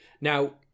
Now